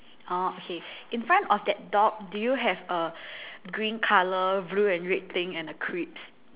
orh okay in front of that dog do you have a green colour blue and red thing and a crisp